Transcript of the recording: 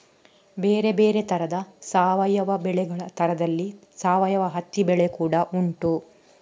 ಬೇರೆ ಬೇರೆ ತರದ ಸಾವಯವ ಬೆಳೆಗಳ ತರದಲ್ಲಿ ಸಾವಯವ ಹತ್ತಿ ಬೆಳೆ ಕೂಡಾ ಉಂಟು